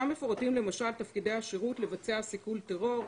שם מפורטים, למשל, תפקידי השירות לבצע סיכול טרור,